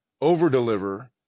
Over-deliver